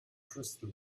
crystal